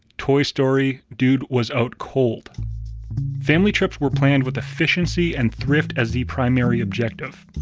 toy story, dude was out cold family trips were planned with efficiency and thrift as the primary objective.